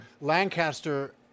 Lancaster